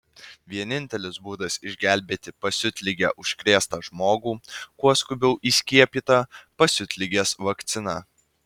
vienintelis būdas išgelbėti pasiutlige užkrėstą žmogų kuo skubiau įskiepyta pasiutligės vakcina